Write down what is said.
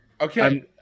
Okay